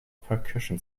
percussion